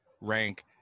rank